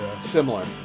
Similar